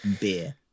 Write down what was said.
beer